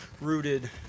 rooted